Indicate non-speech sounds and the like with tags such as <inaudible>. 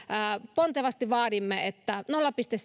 pontevasti vaadimme että nolla pilkku <unintelligible>